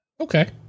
Okay